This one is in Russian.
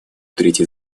третье